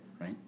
right